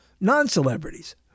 non-celebrities